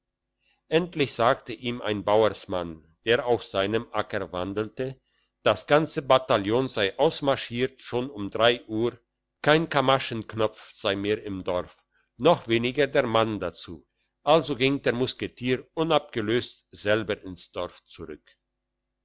endlich sagte ihm ein bauersmann der auf seinem acker wandelte das ganze bataillon sei ausmarschiert schon um drei uhr kein kamaschenknopf sei mehr im dorf noch weniger der mann dazu also ging der musketier unabgelöst selber ins dorf zurück